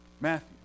Matthew